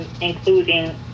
including